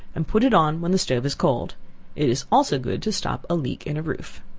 and put it on when the stove is cold. it is also good to stop a leak in a roof.